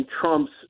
Trump's